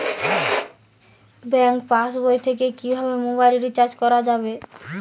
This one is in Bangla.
ব্যাঙ্ক পাশবই থেকে কিভাবে মোবাইল রিচার্জ করা যাবে?